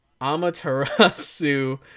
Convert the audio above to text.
Amaterasu